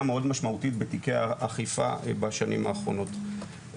מאוד משמעותית בתיקי האכיפה בשנים האחרונות.